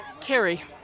Carrie